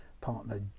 partner